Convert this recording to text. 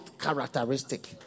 characteristic